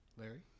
Larry